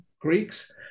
Greeks